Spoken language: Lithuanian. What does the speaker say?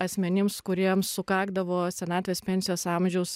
asmenims kuriems sukakdavo senatvės pensijos amžius